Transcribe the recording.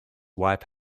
wife